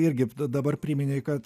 irgi dabar priminei kad